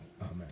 Amen